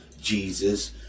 Jesus